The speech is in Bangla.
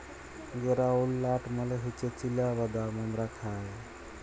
গেরাউলড লাট মালে হছে চিলা বাদাম আমরা খায়